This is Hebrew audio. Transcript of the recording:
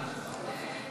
להצבעה.